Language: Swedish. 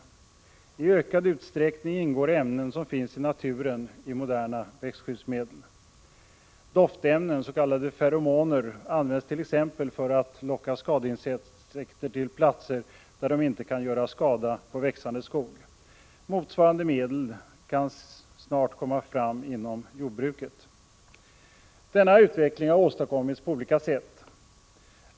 I ökad utsträckning ingår i moderna växtskyddsmedel ämnen som finns i naturen. Doftämnen, s.k. ferromoner, används t.ex. för att locka skadeinsekter till platser där de inte kan göra skada på växande skog. Motsvarande medel kan snart komma fram inom jordbruket. Denna utveckling har åstadkommits på olika sätt.